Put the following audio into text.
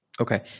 Okay